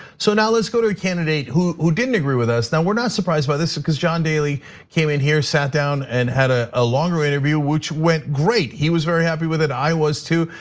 so now let's go to a candidate who who didn't agree with us, now we're not surprised by this. cuz john delaney came in here, sat down and had ah a longer interview, which went great. he was very happy with it, i was too,